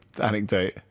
anecdote